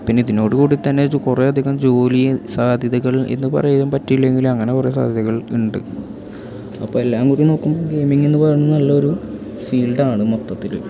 പിന്നെ ഇതിനോട് കൂടിത്തന്നെ ഇത് കുറേ അധികം ജോലിയെ സാധ്യതകൾ എന്നു പറയാൻ പറ്റിയില്ലെങ്കിലും അങ്ങനെ കുറേ സാധ്യതകൾ ഉണ്ട് അപ്പം എല്ലാം കൂടി നോക്കുമ്പോൾ ഗെയ്മിങ്ങ് എന്നു പറയുന്നത് നല്ല ഒരു ഫീൽഡ് ആണ് മൊത്തത്തിൽ